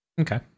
Okay